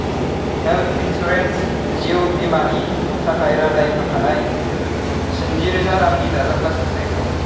health insurance जिउ बीमानि थाखाय रादाय खाखानाय सिनजि रोजा रांनि दाजाबगासै सायख'